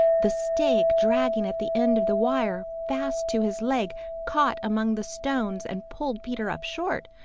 the stake dragging at the end of the wire fast to his leg caught among the stones and pulled peter up short.